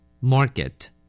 Market